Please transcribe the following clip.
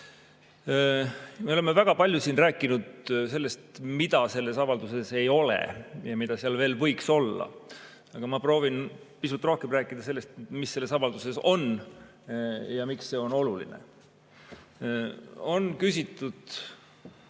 oleme siin väga palju rääkinud sellest, mida selles avalduses ei ole ja mis seal veel võiks olla. Aga ma proovin pisut rohkem rääkida sellest, mis selles avalduses on ja miks see on oluline. On küsitud,